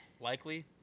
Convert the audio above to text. likely